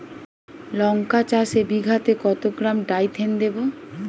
লঙ্কা চাষে বিঘাতে কত গ্রাম ডাইথেন দেবো?